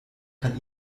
kann